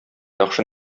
яхшы